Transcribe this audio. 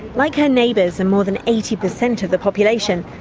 like her neighbours and more than eighty percent of the population,